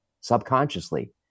subconsciously